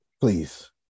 Please